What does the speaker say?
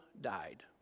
died